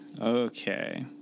Okay